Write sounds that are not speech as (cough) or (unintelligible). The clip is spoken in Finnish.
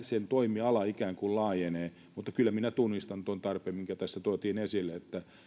(unintelligible) sen toimiala ikään kuin laajenee mutta kyllä minä tunnistan tuon tarpeen mikä tässä tuotiin esille että